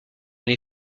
les